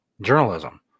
journalism